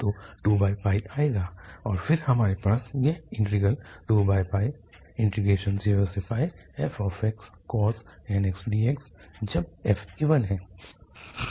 तो 2 आएगा और फिर हमारे पास यह इंटीग्रल 20fxcos nx dx जब f इवन है